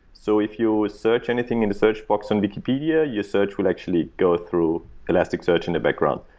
so if you search anything in the search box in wikipedia, your search will actually go through elasticsearch in the background.